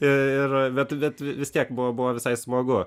ir bet bet vis tiek buvo buvo visai smagu